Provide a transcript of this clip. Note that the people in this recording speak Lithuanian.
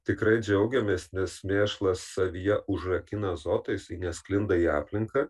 tikrai džiaugiamės nes mėšlas savyje užrakina azotą jisai nesklinda į aplinką